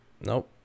nope